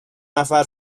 نفر